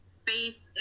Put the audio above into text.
space